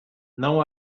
não